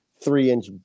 three-inch